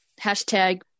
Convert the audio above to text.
hashtag